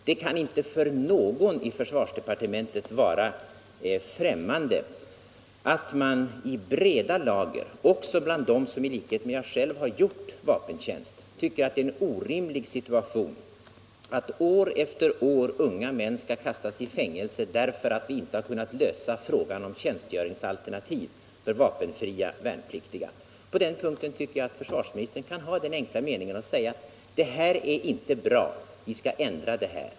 Det kan inte för någon i försvarsdepartementet vara främmande att man i breda lager — också bland dem som i likhet med mig själv har gjort vapentjänst — tycker att det är en orimlig situation att år efter år unga män skall kastas i fängelse därför att vi inte har kunnat lösa frågan om tjänstgöringsalternativ för vapenfria värnpliktiga. På den punkten tycker jag att försvarsministern kan ha en personlig ståndpunkt — och säga — att det här är inte bra, vi skall ändra på det.